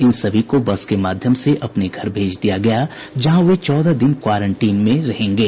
इन सभी को बस के माध्यम से अपने घर भेज दिया गया जहां वे चौदह दिन क्वारेंटीन में रहेंगे